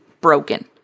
broken